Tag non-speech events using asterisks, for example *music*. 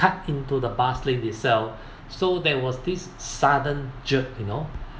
cut into the bus lane itself *breath* so there was this sudden jerk you know